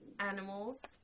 Animals